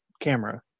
camera